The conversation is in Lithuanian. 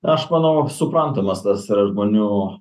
aš manau suprantamas tas yra žmonių